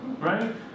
Right